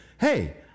hey